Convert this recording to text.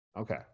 okay